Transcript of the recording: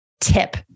tip